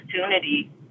opportunity